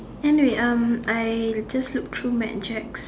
anyway um I just looked through mad Jack's